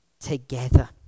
together